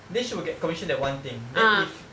then she will get commission that one thing then if